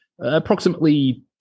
approximately